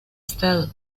estado